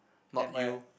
not you